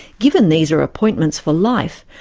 given these are appointments for life,